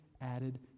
added